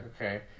okay